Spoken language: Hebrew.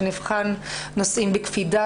שנבחן נושאים בקפידה,